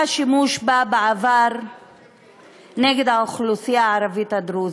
היה שימוש בה בעבר נגד האוכלוסייה הערבית הדרוזית.